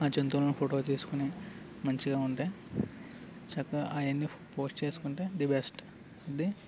ఆ జంతువులను ఫోటో తీసుకుని మంచిగా ఉంటే చక్కగా అవన్నీ పోస్ట్ చేసుకుంటే ది బెస్ట్ ది